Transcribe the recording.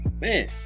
man